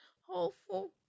hopeful